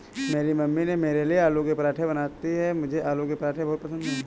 मेरी मम्मी मेरे लिए आलू के पराठे बनाती हैं मुझे आलू के पराठे बहुत पसंद है